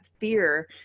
fear